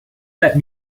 let